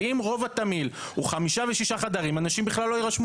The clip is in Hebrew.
ואם רוב התמהיל הוא חמישה ושישה חדרים אנשים בכלל לא יירשמו